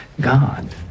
God